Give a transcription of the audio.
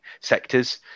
sectors